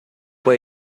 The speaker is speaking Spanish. fue